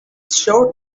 sure